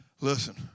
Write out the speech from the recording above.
Listen